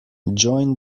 join